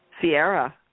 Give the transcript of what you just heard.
Sierra